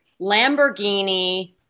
Lamborghini